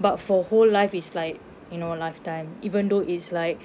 but for whole life is like you know lifetime even though it's like